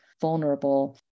vulnerable